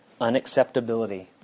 unacceptability